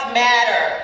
matter